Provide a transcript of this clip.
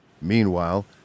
Meanwhile